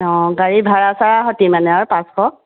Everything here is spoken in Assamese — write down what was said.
অঁ গাড়ী ভাড়া চাৰা সৈতে মানে আৰু পাঁচশ